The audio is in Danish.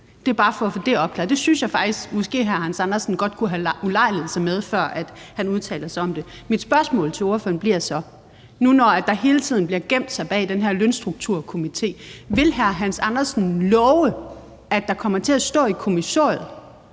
det synes jeg måske godt hr. Hans Andersen godt kunne have ulejliget sig med, før han udtaler sig om det. Mit spørgsmål til ordføreren bliver så: Nu når man hele tiden gemmer sig bag den her lønstrukturkomité, vil hr. Hans Andersen love, at der kommer til at stå i kommissoriet,